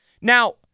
Now